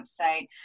website